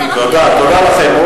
תודה לכם.